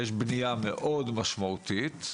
ישנה בנייה מאוד משמעותית,